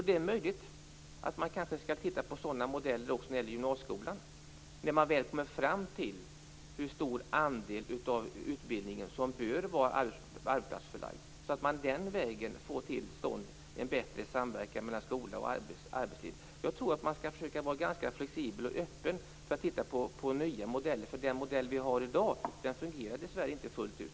Det är möjligt att man kanske skall titta på sådana modeller också när det gäller gymnasieskolan när man väl kommer fram till hur stor andel av utbildningen som bör vara arbetsplatsförlagd så att man den vägen får till stånd en bättre samverkan mellan skola och arbetsliv. Jag tror att man skall försöka vara ganska flexibel och öppen när det gäller att titta på nya modeller. Den modell vi har i dag fungerar dessvärre inte fullt ut.